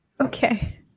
okay